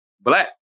black